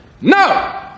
No